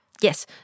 Yes